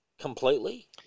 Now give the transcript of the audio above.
completely